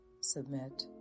submit